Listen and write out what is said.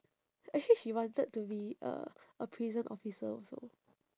actually she wanted to be uh a prison officer also